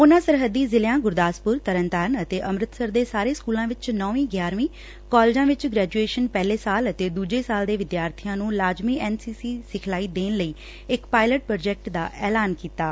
ਉਨੂਾਂ ਸਰਹੱਦੀ ਜ਼ਿਲ੍ਸਿਆਂ ਗੁਰਦਾਸਪੁਰ ਤਰਨਤਾਰਨ ਅਤੇ ਅੰਮ੍ਰਿਤਸਰ ਦੇ ਸਾਰੇ ਸਕੁਲਾ ਵਿਚ ਨੌਵੀ ਗਿਆਰਵੀ ਕਾਲਜਾ ਵਿਚ ਗੇਜੁਏਸਨ ਪਹਿਲੇ ਸਾਲ ਅਤੇ ਦੁਜੇ ਸਾਲ ਦੇ ਵਿਦਿਆਰਬੀਆਂ ਨੂੰ ਲਾਜ਼ਮੀ ਐਨ ਸੀ ਸੀ ਸਿਖਲਾਈ ਦੇਣ ਲਈ ਇਕ ਪਾਇਲਟ ਪ੍ਰੋਜੈਕਟ ਦਾ ਐਲਾਨ ਕੀਤੈ